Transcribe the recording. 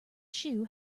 shoe